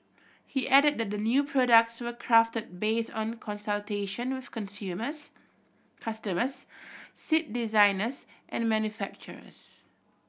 he added that the new products were crafted based on consultation with consumers customers seat designers and manufacturers